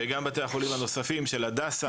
וגם בתי החולים הנוספים של הדסה,